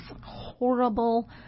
horrible